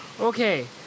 Okay